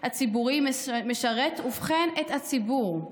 הציבורי משרת, ובכן, את הציבור.